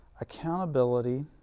accountability